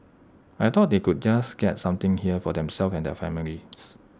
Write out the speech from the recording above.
I thought they could just get something here for themselves and their families